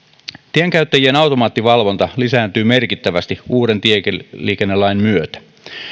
tienkäyttäjien automaattivalvonta lisääntyy merkittävästi uuden tieliikennelain myötä